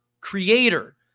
creator